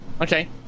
Okay